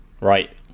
right